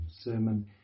sermon